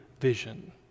vision